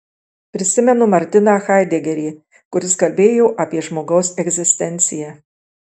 prisimenu martiną haidegerį kuris kalbėjo apie žmogaus egzistenciją